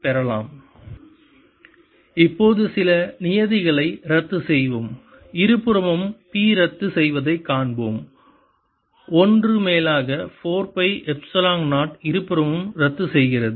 rr214π04π3R3Psinθcosϕr2 இப்போது சில நியதிகளை ரத்து செய்வோம் இருபுறமும் P ரத்து செய்வதைக் காண்போம் 1 மேலாக 4 பை எப்சிலன் 0 இருபுறமும் ரத்துசெய்கிறது